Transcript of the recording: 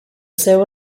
seu